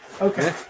Okay